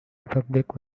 republic